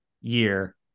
year